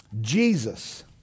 Jesus